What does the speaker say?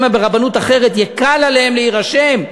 שמא ברבנות אחרת יקל עליהם להירשם.